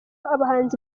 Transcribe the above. abahanzi